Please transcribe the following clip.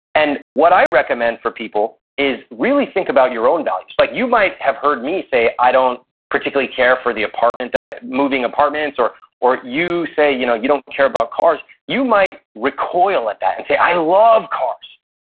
and what i recommend for people is really think about your own values. like you might have heard me say i don't particularly care for the apartment that i, moving apartments or or you say you know you don't care about cars, you might recoil at that and say, i love cars.